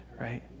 right